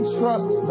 trust